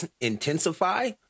intensify